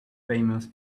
famous